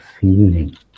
feeling